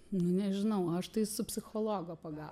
nu nežinau aš tai su psichologo pagalba